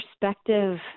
perspective